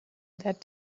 that